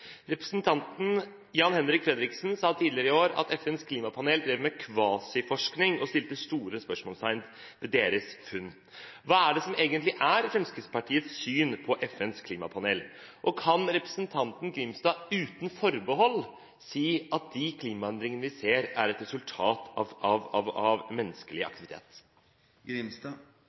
Representanten Jan-Henrik Fredriksen sa tidligere i år at FNs klimapanel drev med kvasiforskning, og satte store spørsmålstegn ved deres funn. Hva er egentlig Fremskrittspartiets syn på FNs klimapanel? Og kan representanten Grimstad uten forbehold si at de klimaendringene vi ser, er et resultat av